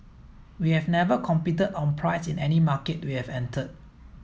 we have never competed on price in any market we have entered